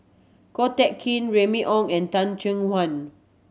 Ko Teck Kin Remy Ong and Teh Cheang Wan